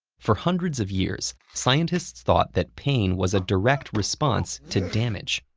for hundreds of years, scientists thought that pain was a direct response to damage.